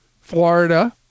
Florida